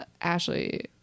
Ashley